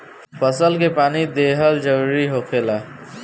फसल के पानी दिहल जरुरी होखेला